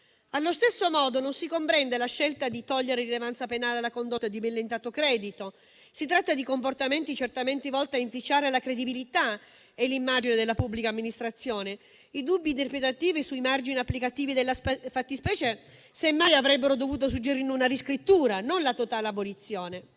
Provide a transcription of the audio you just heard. Allo stesso modo, non si comprende la scelta di togliere rilevanza penale alla condotta di millantato credito: si tratta di comportamenti certamente volti a inficiare la credibilità e l'immagine della pubblica amministrazione. I dubbi interpretativi sui margini applicativi della fattispecie, semmai, avrebbero dovuto suggerire una riscrittura, non la totale abolizione.